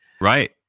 Right